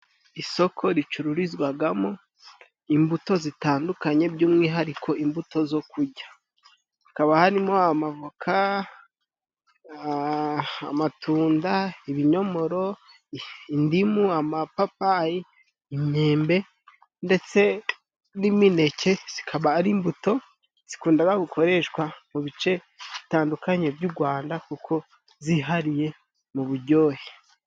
Isoko ricururizwagamo imbuto zitandukanye by'umwihariko imbuto zo kurya. Hakaba harimo amavoka, amatunda, ibinyomoro, indimu, amapapayi, imyembe ndetse n'imineke. Zikaba ari imbuto zikundaga gukoreshwa mu bice bitandukanye by'u Rwanda kuko zihariye mu buryohe.